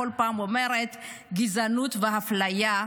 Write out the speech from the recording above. כל פעם אומרת גזענות ואפליה.